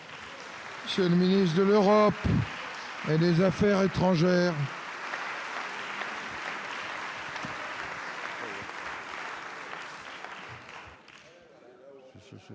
M. le ministre de l'Europe et des affaires étrangères.